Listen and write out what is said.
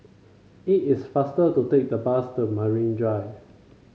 it is faster to take the bus to Marine Drive